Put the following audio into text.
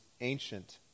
ancient